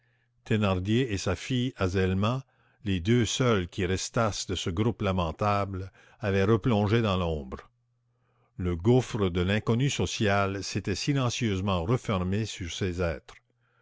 thénardier et sa fille azelma les deux seuls qui restassent de ce groupe lamentable avaient replongé dans l'ombre le gouffre de l'inconnu social s'était silencieusement refermé sur ces êtres